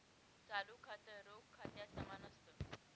चालू खातं, रोख खात्या समान असत